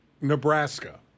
Nebraska